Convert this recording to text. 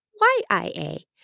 Y-I-A